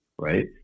Right